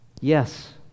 Yes